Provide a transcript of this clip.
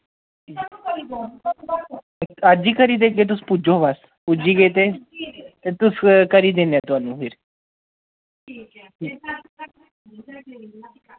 अज्ज ही करी देगे तुस पुज्जो बस पुज्जी गे ते ते तुस करी दिन्ने थोआनू फिर